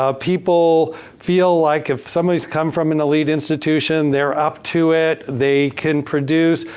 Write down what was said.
ah people feel like if somebody's come from an elite institution, they're up to it. they can produce.